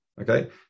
okay